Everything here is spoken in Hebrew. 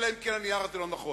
אלא אם כן הנייר הזה לא נכון.